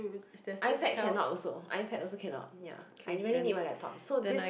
iPad cannot also iPad also cannot ya I really need my laptop so this